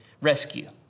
rescue